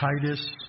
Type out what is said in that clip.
Titus